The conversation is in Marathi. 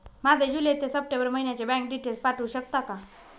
माझे जुलै ते सप्टेंबर महिन्याचे बँक डिटेल्स पाठवू शकता का?